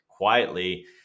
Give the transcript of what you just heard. Quietly